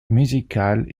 musicales